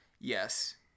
Yes